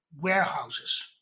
warehouses